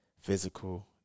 physical